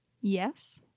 Yes